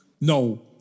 No